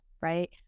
right